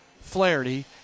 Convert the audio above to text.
Flaherty